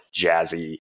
jazzy